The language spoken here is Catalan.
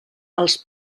als